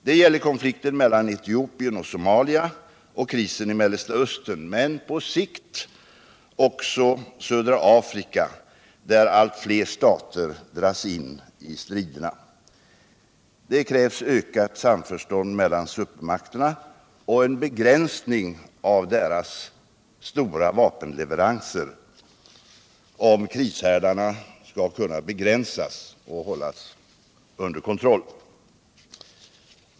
Det gäller konflikten mellan Etiopien och Somalia och krisen i Mellersta Östern men på sikt också södra Afrika, där allt fler stater dras in i striderna. Det krävs ökat samförstånd mellan supermakterna — och en begränsning av supermakternas stora vapenleveranser, om krishärdarna skall kunna begränsas och hållas under kontroll.